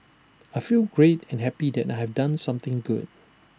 I feel great and happy that I've done something good